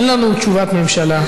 אין לנו תשובת ממשלה.